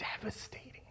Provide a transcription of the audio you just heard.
devastating